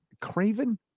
Craven